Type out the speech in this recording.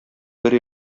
бер